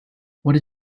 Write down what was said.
what